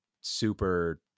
super